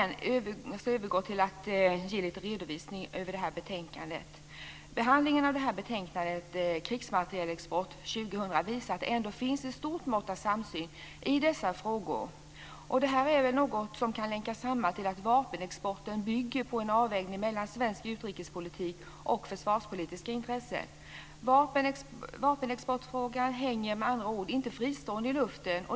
Nu ska jag övergå till att ge en liten redovisning av det här betänkandet. Behandlingen av det här betänkandet, Krigsmaterielexport 2000, visar att det ändå finns ett stort mått av samsyn i dessa frågor. Detta är något som kan länkas samman med att vapenexporten bygger på en avvägning mellan svensk utrikespolitik och försvarspolitiska intressen. Vapenexportfrågan hänger med andra ord inte fritt i luften.